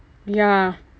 ya